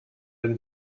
wenn